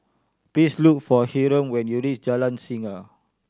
please look for Hyrum when you reach Jalan Singa